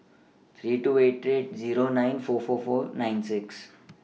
three eight eight two Zero nine four four nine six